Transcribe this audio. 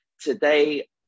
Today